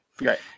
Right